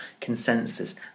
consensus